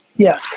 Yes